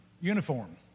uniform